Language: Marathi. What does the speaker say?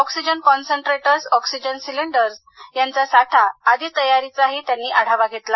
ऑक्सिजन कॉन्सनट्रेटर्स ऑक्सिजन सिलेंडर्स यांचा साठा आदी तयारीचाही त्यांनी आढावा घेतला